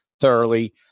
thoroughly